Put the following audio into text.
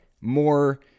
more